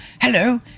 hello